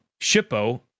Shippo